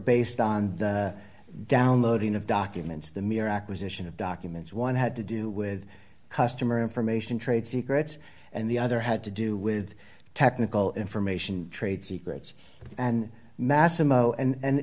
based on downloading of documents the mere acquisition of documents one had to do with customer information trade secrets and the other had to do with technical information trade secrets and